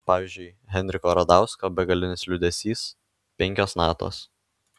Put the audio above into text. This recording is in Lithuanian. pavyzdžiui henriko radausko begalinis liūdesys penkios natos